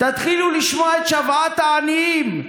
תתחילו לשמוע את שוועת העניים,